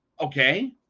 Okay